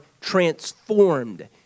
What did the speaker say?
transformed